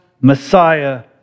Messiah